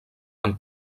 amb